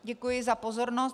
Děkuji za pozornost.